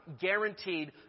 guaranteed